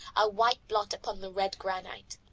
a white blot upon the red granite.